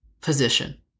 position